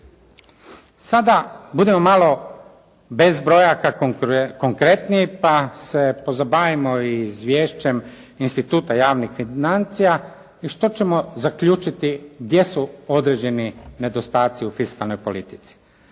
Sada budem malo bez brojaka konkretnije pa se pozabavimo i izvješćem Instituta javnih financija i što ćemo zaključiti gdje su određeni nedostatci u fiskalnoj politici.